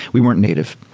we weren't native.